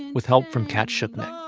with help from cat schuknecht.